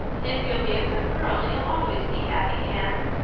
if you'll be a good girl you'll always be happy, anne.